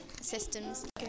systems